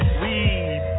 weed